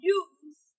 use